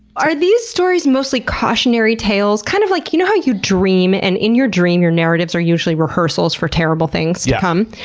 are these stories mostly cautionary tales, kind of like you know how you dream, and in your dream, your narratives are usually rehearsals for terrible things to come?